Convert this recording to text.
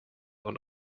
und